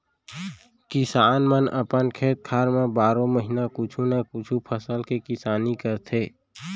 किसान मन अपन खेत खार म बारो महिना कुछु न कुछु फसल के किसानी करथे